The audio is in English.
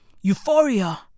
Euphoria